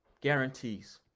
guarantees